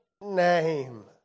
name